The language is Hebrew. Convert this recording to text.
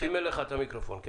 אני